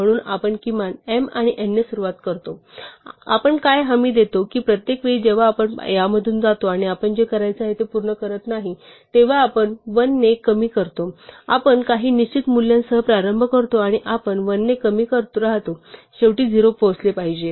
म्हणून आपण किमान m आणि n ने सुरुवात करतो आपण काय हमी देतो की प्रत्येक वेळी जेव्हा आपण यामधून जातो आणि आपण जे करायचे ते पूर्ण करत नाही तेव्हा आपण 1 ने कमी करतो आपण काही निश्चित मूल्यांसह प्रारंभ करतो आणि आपण 1 ने कमी करत राहतो शेवटी 0 पोहोचले पाहिजे